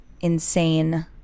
insane